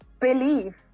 believe